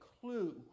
clue